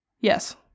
Yes